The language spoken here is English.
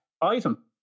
item